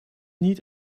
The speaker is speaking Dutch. niet